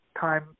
time